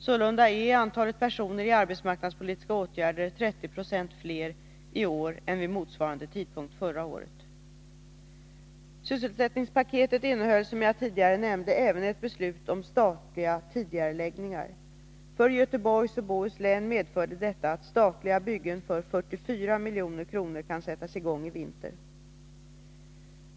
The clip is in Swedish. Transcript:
Sålunda är antalet personer i arbetsmarknadspolitiska åtgärder 30 70 fler i år än vid motsvarande tidpunkt förra året. Sysselsättningspaketet innehöll, som jag tidigare nämnde, även ett beslut om statliga tidigareläggningar. För Göteborgs och Bohus län medförde detta att statliga byggen för 44 milj.kr. kan sättas i gång i vinter.